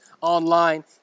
online